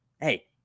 Hey